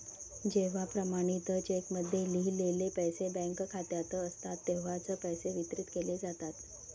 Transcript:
जेव्हा प्रमाणित चेकमध्ये लिहिलेले पैसे बँक खात्यात असतात तेव्हाच पैसे वितरित केले जातात